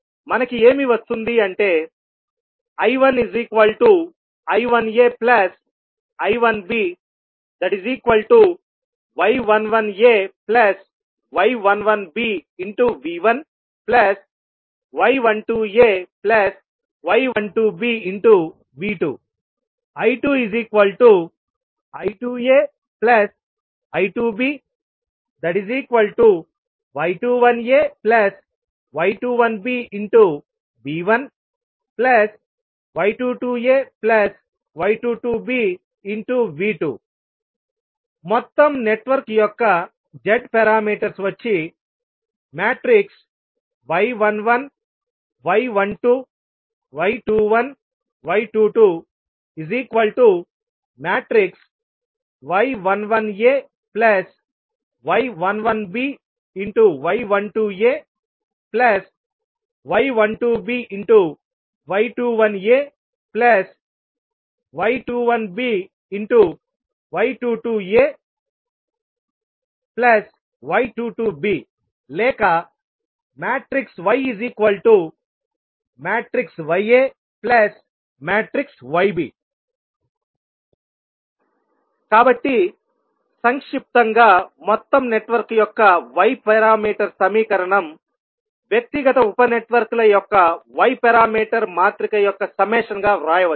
మనకి ఏమి వస్తుంది అంటే I1I1aI1by11ay11bV1y12ay12bV2 I2I2aI2by21ay21bV1y22ay22bV2 మొత్తం నెట్వర్క్ యొక్క z పారామీటర్స్ వచ్చి y11 y12 y21 y22 y11ay11b y12ay12b y21ay21b y22ay22b లేక yyayb కాబట్టి సంక్షిప్తంగా మొత్తం నెట్వర్క్ యొక్క y పారామీటర్ సమీకరణం వ్యక్తిగత ఉప నెట్వర్క్ల యొక్క y పారామీటర్ మాత్రిక యొక్క సమ్మెషన్ గా వ్రాయవచ్చు